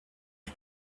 lui